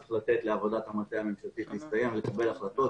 צריך לתת לעבודת המטה הממשלתית להסתיים ולקבל החלטות.